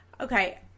Okay